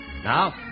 Now